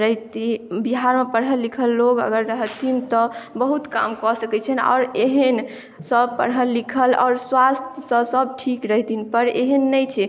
रैहतिए बिहारमे पढ़ल लिखल लोग अगर रहथिन तऽ बहुत काम कऽ सकैत छैनि आओर एहन सब पढ़ल लिखल और स्वास्थ्य सऽ सब ठीक रहथिन पर एहेन नै छै